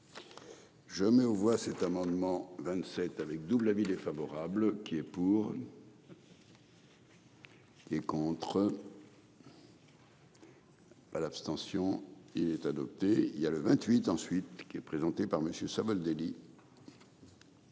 Je mets aux voix cet amendement 27 avec double avis défavorable qui est pour. Qui est contre. Ah l'abstention il est adopté, il y a le 28 ensuite qui est présenté par Monsieur Savoldelli.